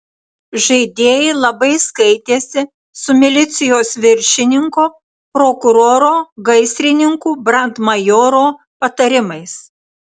žaidėjai labai skaitėsi su milicijos viršininko prokuroro gaisrininkų brandmajoro patarimais